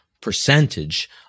percentage